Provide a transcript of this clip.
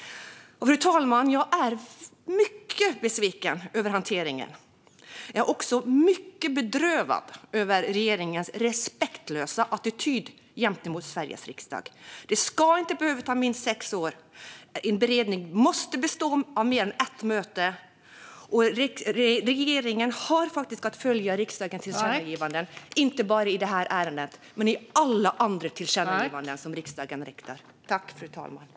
Fru talman! Jag är mycket besviken över hanteringen. Jag är också mycket bedrövad över regeringens respektlösa attityd gentemot Sveriges riksdag. Det ska inte behöva ta minst sex år. En beredning måste bestå av mer än ett möte. Och regeringen har faktiskt att följa riksdagens tillkännagivanden, inte bara det som gäller detta ärende utan alla tillkännagivanden som riksdagen riktar till regeringen.